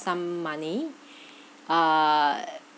some money ah